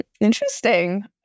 Interesting